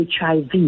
HIV